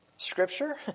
Scripture